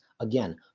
again